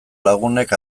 lagunek